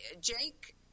Jake